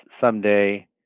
someday